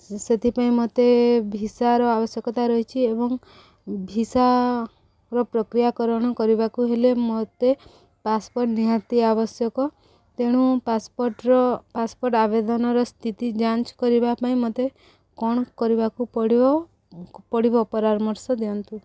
ସେଥିପାଇଁ ମୋତେ ଭିସାର ଆବଶ୍ୟକତା ରହିଛି ଏବଂ ଭିସାର ପ୍ରକ୍ରିୟାକରଣ କରିବାକୁ ହେଲେ ମୋତେ ପାସପୋର୍ଟ ନିହାତି ଆବଶ୍ୟକ ତେଣୁ ପାସପୋର୍ଟର ପାସପୋର୍ଟ ଆବେଦନର ସ୍ଥିତି ଯାଞ୍ଚ କରିବା ପାଇଁ ମୋତେ କ'ଣ କରିବାକୁ ପଡ଼ିବ ପଡ଼ିବ ପରାମର୍ଶ ଦିଅନ୍ତୁ